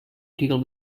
deal